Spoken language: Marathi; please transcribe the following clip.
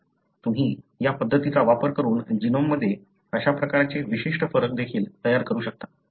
तुम्ही या पद्धतीचा वापर करून जीनोममध्ये अशा प्रकारचे विशिष्ट फरक देखील तयार करू शकता